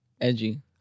Edgy